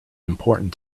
important